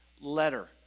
letter